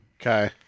Okay